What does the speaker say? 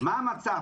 מה המצב?